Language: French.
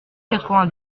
quatre